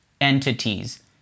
entities